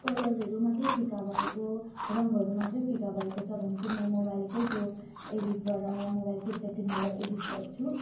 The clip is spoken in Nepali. कलरहरू मात्रै फिका भएको रङ्गहरू मात्रै फिका भएको छ भने चाहिँ म मोबाइलकै त्यो एडिटबाट मोबाइलकै सेटिङबाट एडिट गर्छु